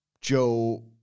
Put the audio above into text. Joe